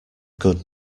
good